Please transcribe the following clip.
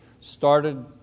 started